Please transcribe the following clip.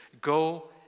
go